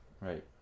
Right